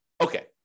Okay